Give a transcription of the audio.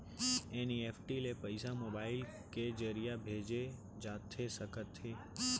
NEFT ले पइसा mobile के ज़रिए भेजे जाथे सकथे?